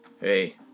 Hey